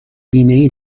بیمهای